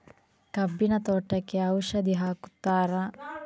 ಕಬ್ಬಿನ ತೋಟಕ್ಕೆ ಔಷಧಿ ಹಾಕುತ್ತಾರಾ?